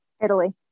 Italy